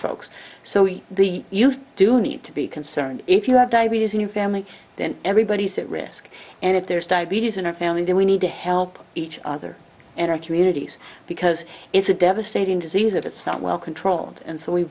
folks so we the you do need to be concerned if you have diabetes in your family then everybody's at risk and if there is diabetes in our family then we need to help each other in our communities because it's a devastating disease that it's not well controlled and so we